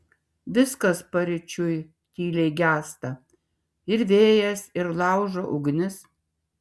viskas paryčiui tyliai gęsta ir vėjas ir laužo ugnis